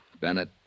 Bennett